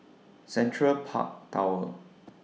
Central Park Tower